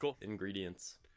ingredients